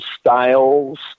styles